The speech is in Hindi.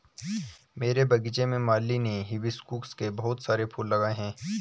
मेरे बगीचे में माली ने हिबिस्कुस के बहुत सारे फूल लगाए हैं